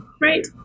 Right